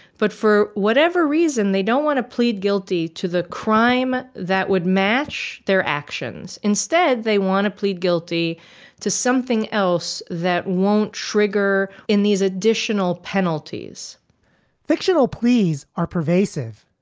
but for whatever reason, they don't want to plead guilty to the crime that would match their actions. instead, they want to plead guilty to something else that won't trigger in these additional penalties fictional pleas are pervasive.